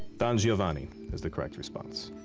don giovanni is the correct response.